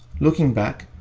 looking back,